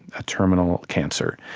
a terminal cancer,